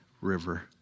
River